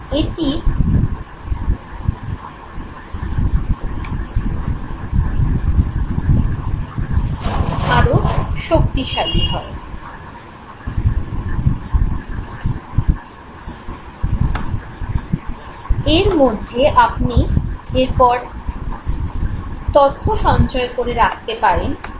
এর মধ্যে আপনি এরপর তথ্য সঞ্চয় করে রাখতে পারেন